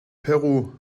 peru